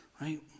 Right